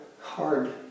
hard